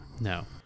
no